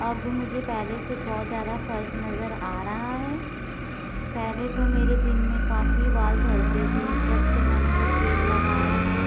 अब मुझे पहले से बहुत ज्यादा फ़र्क नज़र आ रहा है पहले तो मेरे दिन में काफ़ी बाल झड़ते थे जब से मैंने वो तेल लगाया है